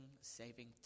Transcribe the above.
saving